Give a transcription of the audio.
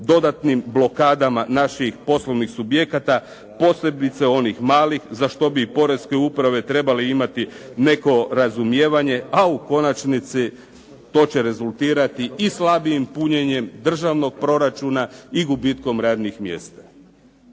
dodatnim blokadama naših poslovnih subjekata posebice onih malih za što bi poreske uprave trebale imati neko razumijevanje a u konačnici to će rezultirati i slabijim punjenjem državnog proračuna i gubitkom radnih mjesta.